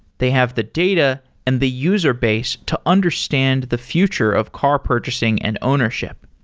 they have the data and the user base to understand the future of car purchasing and ownership